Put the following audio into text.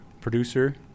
producer